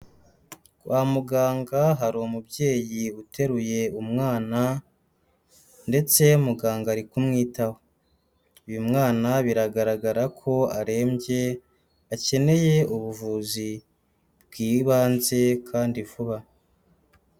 Kwa muganga hari umubyeyi uteruye umwana ndetse muganga ari kumwitaho, uyu mwana biragaragara ko arembye akeneye ubuvuzi bw'ibanze kandi vuba.